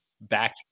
back